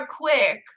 quick